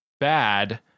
bad